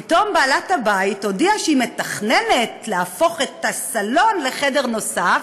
פתאום בעלת-הבית הודיעה שהיא מתכננת להפוך את הסלון לחדר נוסף,